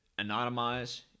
anonymize